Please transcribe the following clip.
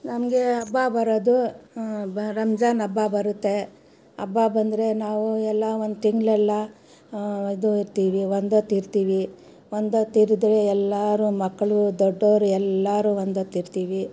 ನಮಗೆ ಹಬ್ಬ ಬರೋದು ಬ ರಂಜಾನ್ ಹಬ್ಬ ಬರುತ್ತೆ ಹಬ್ಬ ಬಂದರೆ ನಾವು ಎಲ್ಲ ಒಂದು ತಿಂಗಳೆಲ್ಲ ಇದು ಇರ್ತೀವಿ ಒಂದೊತ್ತಿರ್ತೀವಿ ಒಂದೊತ್ತಿರದ್ರೆ ಎಲ್ಲರು ಮಕ್ಕಳು ದೊಡ್ಡವರು ಎಲ್ಲರು ಒಂದೊತ್ತಿರ್ತೀವಿ